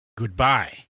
Goodbye